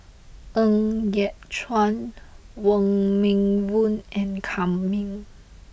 Ng Yat Chuan Wong Meng Voon and Kam Ning